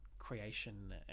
creation